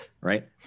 right